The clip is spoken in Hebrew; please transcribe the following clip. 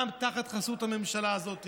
גם תחת חסות הממשלה הזאת,